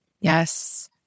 Yes